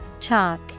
Chalk